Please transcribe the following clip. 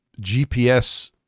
GPS